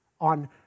on